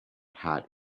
hat